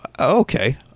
okay